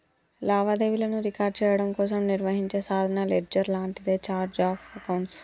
లావాదేవీలను రికార్డ్ చెయ్యడం కోసం నిర్వహించే సాధారణ లెడ్జర్ లాంటిదే ఛార్ట్ ఆఫ్ అకౌంట్స్